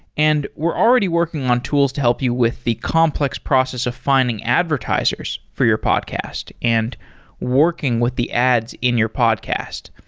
and we're already working on tools to help you with the complex process of finding advertisers for your podcast and working with the ads in your podcast.